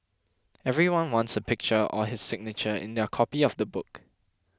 everyone wants a picture or his signature in their copy of the book